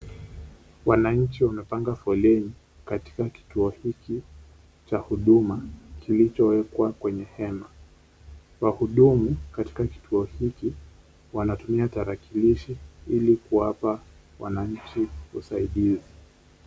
Wananchi wamepanga foleni katika kituo hiki cha huduma kilichowekwa kwenye hema, wahudumu katika kituo hiki wanatumia tarakilishi ili kuwapa wananchi usaidizi.